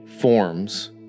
forms